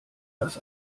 das